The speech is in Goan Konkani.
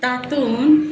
तातून